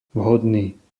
vhodný